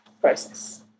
process